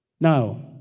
Now